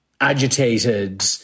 agitated